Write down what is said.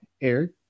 Eric